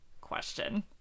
question